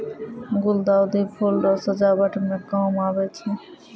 गुलदाउदी फूल रो सजावट मे काम आबै छै